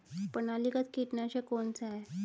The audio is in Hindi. प्रणालीगत कीटनाशक कौन सा है?